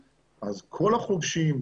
אז כל החובשים,